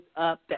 up